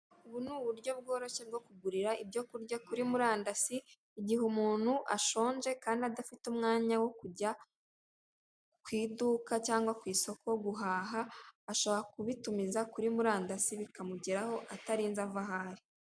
Ubu ni uburyo bworoshye bwo kugurira ibyo kurya kuri murandasi, igihe umuntu ashonje kandi adafite umwanya wo kujya ku iduka cyangwa ku isoko guhaha, ashobora kubitumiza kuri murandasi bikamugeraho atarinze ava aho ari.